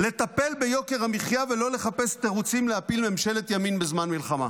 לטפל ביוקר המחיה ולא לחפש תירוצים להפיל ממשלת ימין בזמן מלחמה.